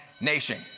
nation